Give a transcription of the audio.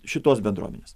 šitos bendruomenės